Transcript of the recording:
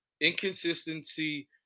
Inconsistency